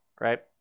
right